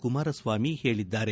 ಕುಮಾರಸ್ವಾಮಿ ಹೇಳಿದ್ದಾರೆ